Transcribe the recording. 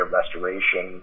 Restoration